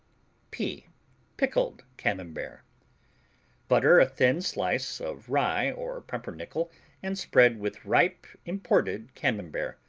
p pickled camembert butter a thin slice of rye or pumpernickel and spread with ripe imported camembert,